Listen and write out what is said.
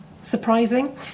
surprising